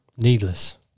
needless